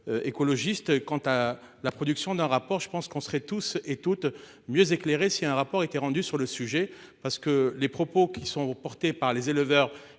Écologiste quant à la production d'un rapport, je pense qu'on serait tous et toutes mieux éclairer si un rapport était rendu sur le sujet parce que les propos qui sont portés par les éleveurs